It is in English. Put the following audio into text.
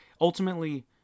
ultimately